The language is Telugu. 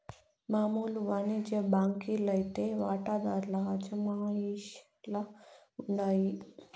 మామూలు వానిజ్య బాంకీ లైతే వాటాదార్ల అజమాయిషీల ఉండాయి